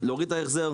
להוריד את ההחזר.